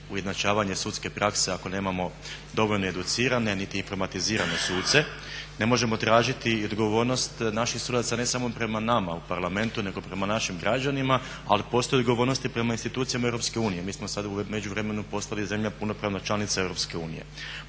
ujednačavanje sudske prakse ako nemamo dovoljno educirane niti informatizirane suce, ne možemo tražiti odgovornost naših sudaca ne samo prema nama u Parlamentu nego prema našim građanima, ali postoji odgovornost prema institucijama EU. Mi smo sada u međuvremenu postali zemlja punopravna članica EU.